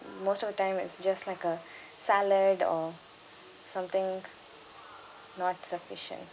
most of the time it's just like a salad or something not sufficient